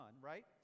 right